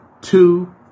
two